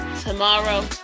tomorrow